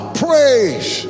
praise